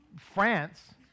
France